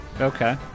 Okay